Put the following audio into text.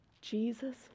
Jesus